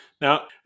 Now